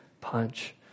punch